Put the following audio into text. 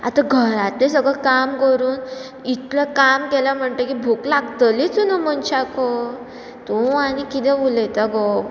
आतां घरांतले सगलें काम करून इतलो काम केलां म्हणटगीर भूक लागतलूच न्हू मनशाक तूं आनी किदें उलयता गो